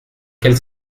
quelle